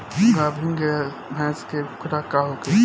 गाभिन भैंस के खुराक का होखे?